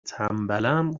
تنبلم